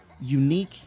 unique